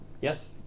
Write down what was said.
Yes